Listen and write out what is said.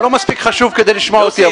אבל לא מספיק חשוב כדי לשמוע אותי,